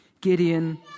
Gideon